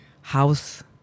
house